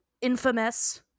infamous